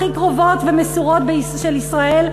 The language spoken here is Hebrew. הכי קרובות ומסורות לישראל,